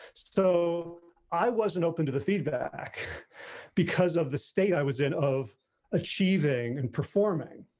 so i wasn't open to the feedback because of the state i was in of achieving and performing.